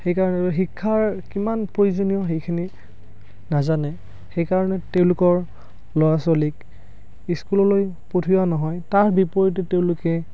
সেইকাৰণে শিক্ষাৰ কিমান প্ৰয়োজনীয় সেইখিনি নাজানে সেইকাৰণে তেওঁলোকৰ ল'ৰা ছোৱালীক ইস্কুললৈ পঠিওৱা নহয় তাৰ বিপৰীতে তেওঁলোকে